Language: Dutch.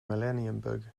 millenniumbug